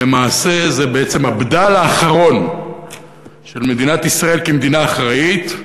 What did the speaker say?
למעשה זה בעצם הבדל האחרון של מדינת ישראל כמדינה אחראית.